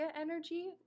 energy